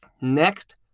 Next